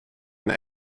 een